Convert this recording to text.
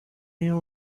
year